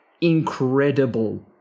incredible